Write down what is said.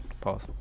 Pause